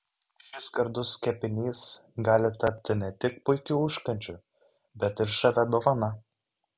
šis gardus kepinys gali tapti ne tik puikiu užkandžiu bet ir žavia dovana